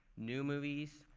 new movies,